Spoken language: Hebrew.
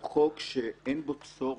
הוא חוק שאין בו צורך.